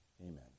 Amen